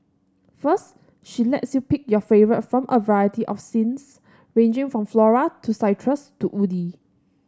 first she lets you pick your favourite from a variety of scents ranging from floral to citrus to woody